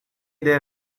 there